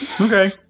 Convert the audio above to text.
Okay